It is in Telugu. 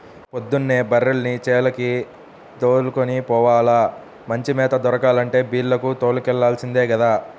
పొద్దున్నే బర్రెల్ని చేలకి దోలుకొని పోవాల, మంచి మేత దొరకాలంటే బీల్లకు తోలుకెల్లాల్సిందే గదా